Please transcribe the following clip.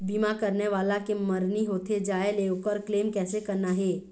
बीमा करने वाला के मरनी होथे जाय ले, ओकर क्लेम कैसे करना हे?